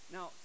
Now